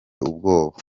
ubwoba